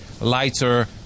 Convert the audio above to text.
lighter